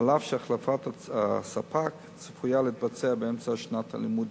אף שהחלפת הספק צפויה להתבצע באמצע שנת הלימודים.